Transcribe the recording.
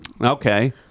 okay